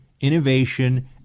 innovation